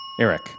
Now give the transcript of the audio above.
Eric